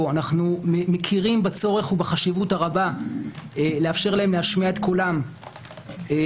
אנחנו מכירים בצורך ובחשיבות הרבה לאפשר להם להשמיע את קולם בפנינו,